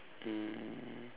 um